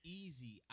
easy